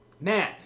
Man